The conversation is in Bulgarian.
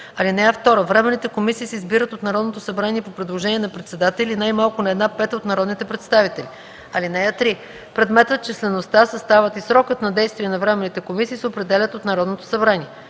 (2) Временните комисии се избират от Народното събрание по предложение на председателя или най-малко на една пета от народните представители. (3) Предметът, числеността, съставът и срокът на действие на временните комисии се определят от Народното събрание.